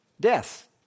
Death